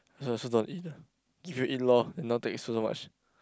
I also also don't want to eat ah give you eat lor and now take so so much